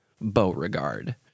Beauregard